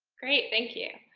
great, thank you.